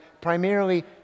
primarily